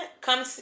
Come